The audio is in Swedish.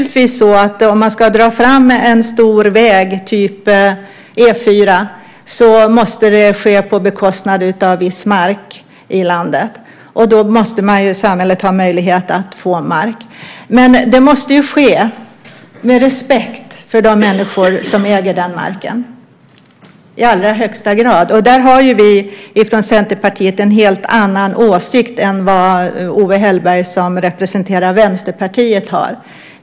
Om man ska dra fram en stor väg, typ E 4, måste det ske på bekostnad av viss mark i landet. Då måste samhället ha möjlighet att få mark. Men det måste ske med respekt för de människor som äger den marken, i allra högsta grad. Där har vi från Centerpartiet en helt annan åsikt än vad Owe Hellberg som representerar Vänsterpartiet har.